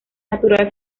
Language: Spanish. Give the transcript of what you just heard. natural